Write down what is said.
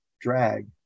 drag